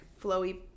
flowy